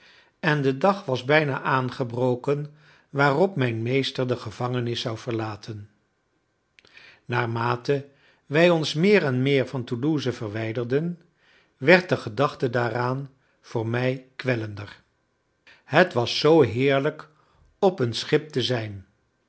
en de dag was bijna aangebroken waarop mijn meester de gevangenis zou verlaten naarmate wij ons meer en meer van toulouse verwijderden werd de gedachte daaraan voor mij kwellender het was zoo heerlijk op een schip te zijn